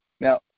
Now